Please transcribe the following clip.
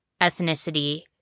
ethnicity